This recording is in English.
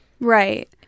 right